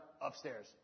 upstairs